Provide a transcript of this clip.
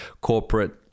corporate